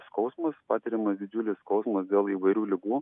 skausmas patiriamas didžiulis skausmas dėl įvairių ligų